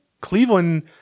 Cleveland